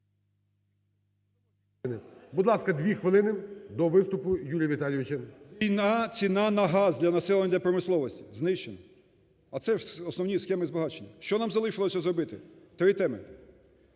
Будь ласка, дві хвилини до виступу Юрія Віталійовича. ЛУЦЕНКО Ю.В. Ціна на газ для населення і промисловості – знищено. А це основні схеми збагачення. Що нам залишилося зробити? Три теми.